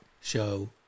show